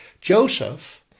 Joseph